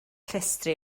llestri